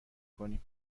کنیم